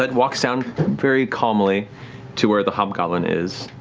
but walks down very calmly to where the hobgoblin is,